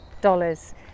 dollars